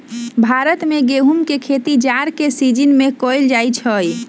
भारत में गेहूम के खेती जाड़ के सिजिन में कएल जाइ छइ